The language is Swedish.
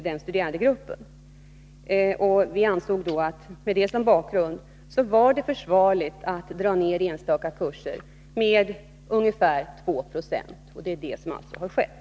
Mot den bakgrunden ansåg vi det vara försvarligt att göra neddragningar när det gäller enstaka kurser med ungefär 2 26, och så har alltså skett.